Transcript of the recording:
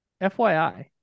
FYI